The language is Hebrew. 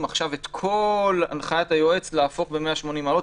עכשיו להפוך את כל הנחיית היועץ ב-180 מעלות,